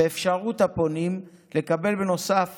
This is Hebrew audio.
באפשרות הפונים לקבל, בנוסף